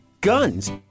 Guns